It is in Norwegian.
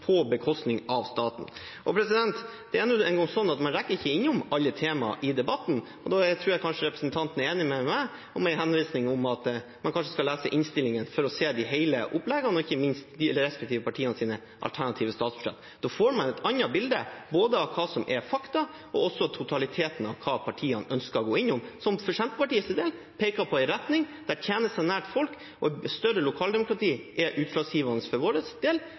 på bekostning av staten. Det er nå engang sånn at man ikke rekker innom alle temaer i debatten, og da tror jeg representanten er enig med meg med henvisning til at man kanskje skal lese innstillingen for å se hele opplegget og ikke minst de respektive partienes alternative statsbudsjett. Da får man et annet bilde både av hva som er fakta, og også totaliteten av hva partiene ønsker å gå innom, som for Senterpartiets del peker på en retning der tjenestene er nær folk, og et større lokaldemokrati er utslagsgivende for vår del